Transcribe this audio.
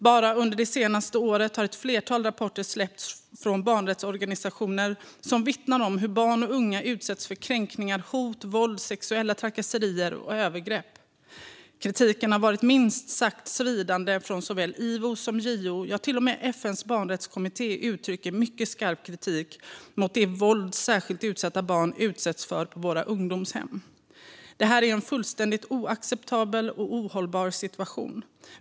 Bara under det senaste året har ett flertal rapporter släppts från barnrättsorganisationer som vittnar om hur barn och unga utsätts för kränkningar, hot, våld, sexuella trakasserier och övergrepp. Kritiken har varit minst sagt svidande från så väl Ivo som JO, ja, till och med FN:s barnrättskommitté riktar mycket skarp kritik mot det våld särskilt utsatta barn utsätts för på våra ungdomshem. Det här är en fullständigt oacceptabel och ohållbar situation.